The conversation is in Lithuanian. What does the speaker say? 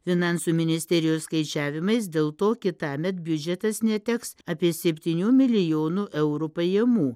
finansų ministerijos skaičiavimais dėl to kitąmet biudžetas neteks apie septynių milojonų eurų pajamų